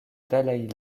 dalaï